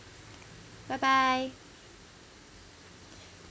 bye bye